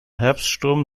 herbststurm